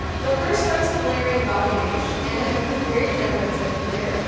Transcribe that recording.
the first starts with layering baba ganoush and i've been very generous with it here,